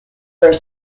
were